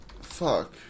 fuck